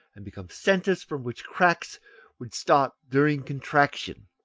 and become centres from which cracks would start during contraction.